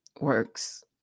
Works